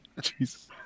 Jesus